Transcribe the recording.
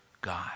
God